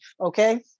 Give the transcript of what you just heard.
okay